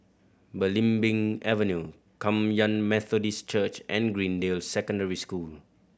Belimbing Avenue Kum Yan Methodist Church and Greendale Secondary School